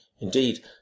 indeed